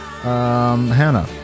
Hannah